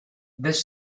this